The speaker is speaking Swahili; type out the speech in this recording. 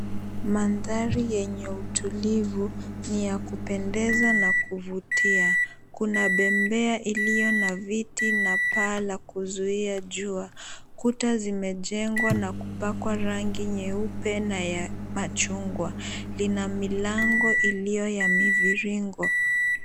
Mandhari yenye utulivu ni ya kupendeza na kuvutia. Kuna bembea iliyo na viti na paa la kuzuia jua. Kuta zimejengwa na kupakwa rangi nyeupe na ya machungwa. Lina milango iliyo ya miviringo.